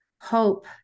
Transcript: hope